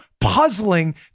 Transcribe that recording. puzzling